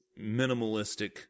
minimalistic